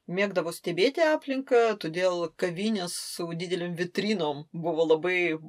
mėgdavo stebėti aplinką todėl kavinės su didelėm vitrinom buvo labai